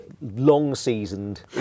long-seasoned